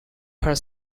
her